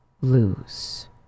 lose